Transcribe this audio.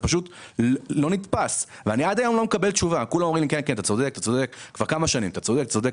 כולם אומרים לי שאני צודק,